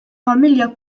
familja